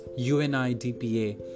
UNIDPA